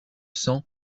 sang